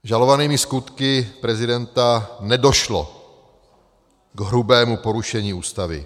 Žalovanými skutky prezidenta nedošlo k hrubému porušení Ústavy.